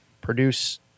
produce